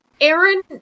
Aaron